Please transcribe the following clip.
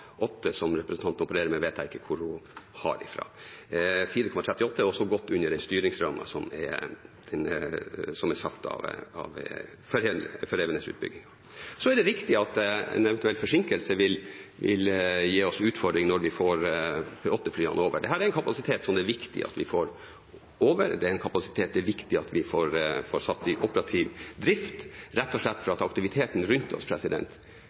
som representanten opererer med, vet jeg ikke hvor hun har fra. 4,34 mrd. kr er også godt under den styringsrammen som er satt for Evenes-utbyggingen. Så er det riktig at en eventuell forsinkelse vil gi oss en utfordring når vi får P8-flyene over. Dette er en kapasitet som det er viktig at vi får over, det er en kapasitet det er viktig at vi får satt i operativ drift, rett og slett fordi aktiviteten rundt oss